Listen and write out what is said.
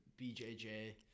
bjj